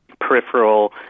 peripheral